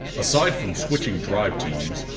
aside from switching drive teams,